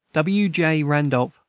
w. j. randolph,